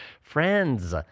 Friends